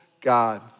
god